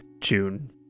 June